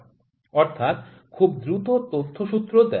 অর্থাৎ খুব দ্রুত তথ্যসূত্র দেয়